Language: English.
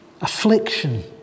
affliction